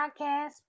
podcast